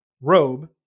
robe